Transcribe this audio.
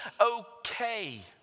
okay